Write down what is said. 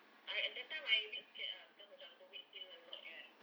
I uh that time I a bit scared ah because macam COVID still a lot kan